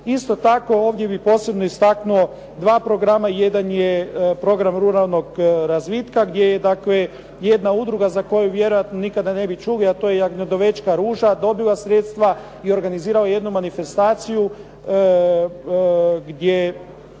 Isto tako, ovdje bih posebno istaknuo dva programa. Jedan je program ruralnog razvitka gdje je dakle jedna udruga za koju vjerojatno nikada ne bi čuli a to je .../Govornik se ne razumije./... ruža dobila sredstva i organizirala jednu manifestaciju gdje